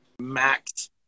max